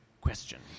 question